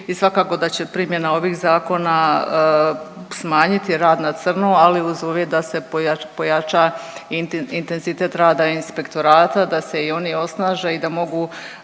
i svakako da će primjena ovih zakona smanjiti rad na crno, ali uz uvjet da se pojača intenzitet rada inspektorata , da se i oni osnaže i da mogu